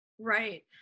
Right